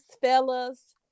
fellas